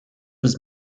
was